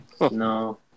no